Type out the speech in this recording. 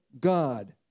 God